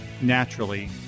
naturally